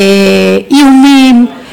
איומים.